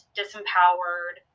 disempowered